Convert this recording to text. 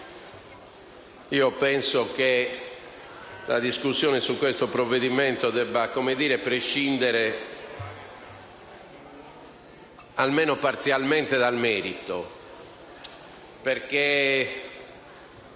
penso che la discussione su questo provvedimento debba prescindere, almeno parzialmente, dal merito. Le